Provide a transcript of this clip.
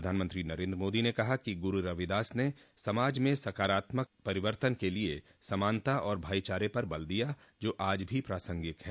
प्रधानमंत्री नरेन्द्र मोदी ने कहा कि गुरु रविदास ने समाज में सकारात्मक परिवर्तन के लिए समानता और भाईचारे पर बल दिया जो आज भी प्रासंगिक हैं